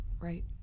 Right